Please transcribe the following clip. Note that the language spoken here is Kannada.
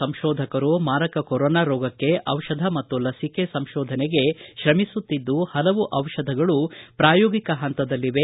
ಸಂಶೋಧಕರು ಮಾರಕ ಕೊರೊನಾ ರೋಗಕ್ಷೆ ದಿಷಧ ಮತ್ತು ಲಸಿಕೆ ಸಂಶೋಧನೆಗೆ ತ್ರಮಿಸುತ್ತಿದ್ದು ಪಲವು ದಿಷಧಗಳು ಪ್ರಾಯೋಗಿಕ ಪಂತದಲ್ಲಿವೆ